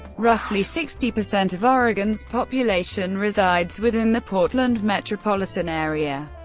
roughly sixty percent of oregon's population resides within the portland metropolitan area.